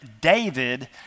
David